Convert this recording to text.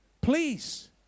please